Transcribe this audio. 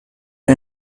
you